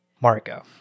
Marco